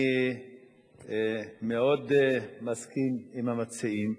אני מאוד מסכים עם המציעים,